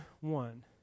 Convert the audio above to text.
one